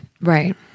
Right